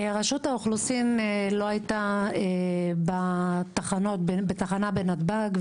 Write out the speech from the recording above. רשות האוכלוסין לא הייתה בתחנה בנתב"ג,